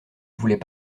voulait